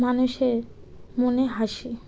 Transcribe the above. মানুষের মনে হাসি